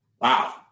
Wow